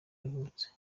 yavutse